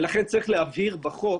לכן צריך להעביר בחוק